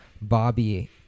Bobby